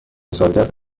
سالگرد